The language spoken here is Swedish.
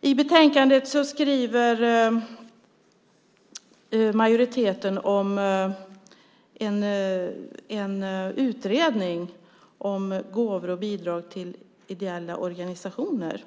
I betänkandet skriver majoriteten om en utredning om gåvor och bidrag till ideella organisationer.